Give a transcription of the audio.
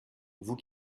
vous